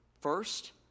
first